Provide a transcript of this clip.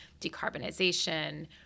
decarbonization